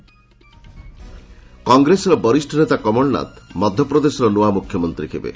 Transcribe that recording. କଂଗ୍ରେସ କଂଗ୍ରେସର ବରିଷ୍ଣ ନେତା କମଳନାଥ ମଧ୍ୟପ୍ରଦେଶର ନୂଆ ମୁଖ୍ୟମନ୍ତ୍ରୀ ହେବେ